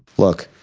look,